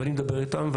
אני מדבר איתם,